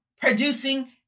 producing